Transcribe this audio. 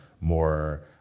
more